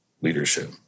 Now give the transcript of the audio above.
leadership